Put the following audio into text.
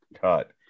cut